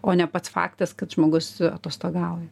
o ne pats faktas kad žmogus atostogauja